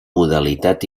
modalitat